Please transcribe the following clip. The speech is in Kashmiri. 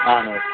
اَہَن حظ